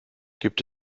gibt